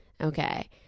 Okay